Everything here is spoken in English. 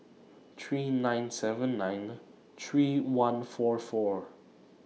three nine seven nine three one four four